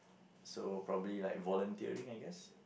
so probably like volunteering I guess